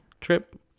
trip